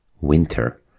winter